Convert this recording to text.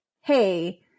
hey